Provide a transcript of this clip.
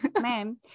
ma'am